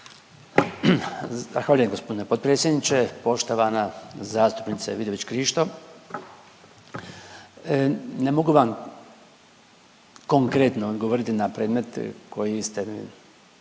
gospodine potpredsjedniče. Poštovana zastupnice Vidović Krišto, ne mogu vam konkretno odgovoriti na predmet koji ste mi